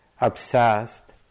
obsessed